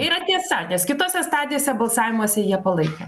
yra tiesa nes kitose stadijose balsavimuose jie palaikė